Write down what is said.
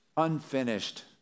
unfinished